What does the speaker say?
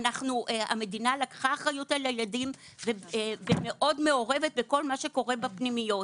המדינה לקחה על הילדים ומאוד מעורבת בכל מה שקורה בפנימיות.